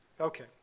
okay